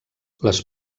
les